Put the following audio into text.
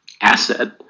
asset